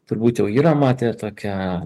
turbūt jau yra matę tokią